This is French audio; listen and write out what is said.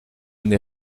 n’ai